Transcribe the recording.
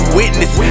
witness